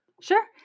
Sure